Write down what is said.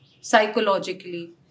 psychologically